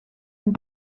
and